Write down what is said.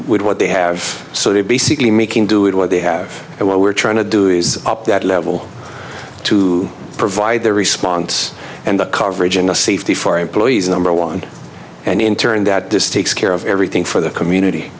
with what they have so they basically making do it what they have and what we're trying to do is up to that level to provide the response and the coverage in a safety for our employees number one and in turn that this takes care of everything for the community